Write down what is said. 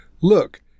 look